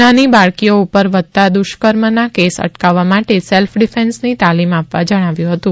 નાની બાળકીઓ ઉપર વધતા દુષ્કર્મના કેસ અટકાવવા માટે સેલ્ફ ડિફેન્સની તાલીમ આપવા જણાવ્યું હતું